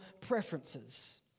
preferences